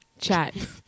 Chat